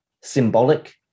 symbolic